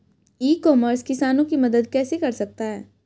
ई commerce किसानों की मदद कैसे कर सकता है?